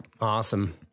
Awesome